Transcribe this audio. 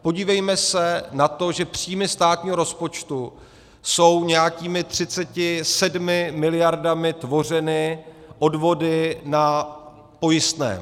Podívejme se na to, že příjmy státního rozpočtu jsou nějakými 37 miliardami tvořeny odvody na pojistném.